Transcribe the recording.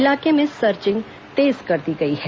इलाके में सर्चिंग तेज कर दी गई हैं